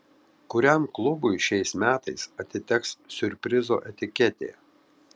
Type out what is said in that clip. kuriam klubui šiais metais atiteks siurprizo etiketė